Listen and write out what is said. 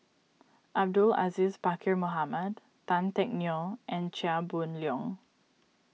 Abdul Aziz Pakkeer Mohamed Tan Teck Neo and Chia Boon Leong